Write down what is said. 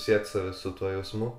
siet save su tuo jausmu